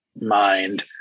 mind